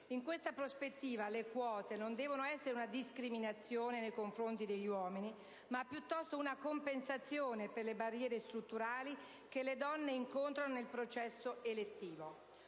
In questa prospettiva, le quote non devono essere una discriminazione nei confronti degli uomini, ma piuttosto una compensazione per le barriere strutturali che le donne incontrano nel processo elettivo.